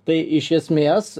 tai iš esmės